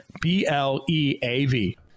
B-L-E-A-V